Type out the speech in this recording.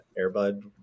Airbud